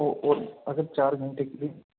ओ और अगर चार घंटे के लिए